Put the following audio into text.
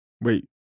Wait